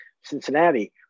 Cincinnati